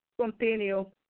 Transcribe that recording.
Continue